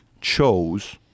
chose